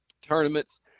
tournaments